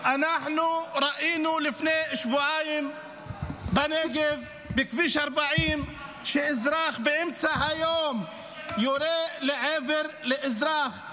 לפני שבועיים ראינו בנגב בכביש 40 אזרח יורה לעבר אזרח באמצע היום.